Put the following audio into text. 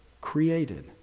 Created